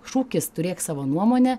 šūkis turėk savo nuomonę